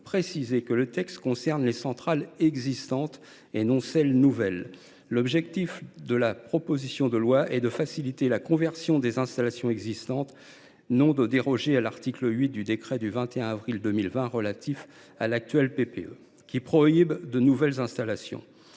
précisé que le texte concernait les seules centrales existantes et non les nouvelles. L’objectif de la proposition de loi est de faciliter la conversion des installations existantes et non de déroger à l’article 8 du décret du 21 avril 2020 relatif à l’actuelle PPE, qui prohibe les nouvelles installations.